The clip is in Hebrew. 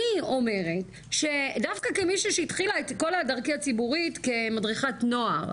אני אומרת שדווקא כמישהי שהתחילה את דרכי הציבורית כמדריכת נוער,